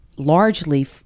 largely